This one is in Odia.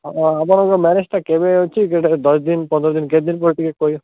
ହଉ ଆପଣଙ୍କ ମ୍ୟରେଜ୍ଟା କେବେ ଅଛି ସେଇଟା ଦଶଦିନ ପନ୍ଦରଦିନ କେତଦିନ ପରେ ଟିକେ କହିବେ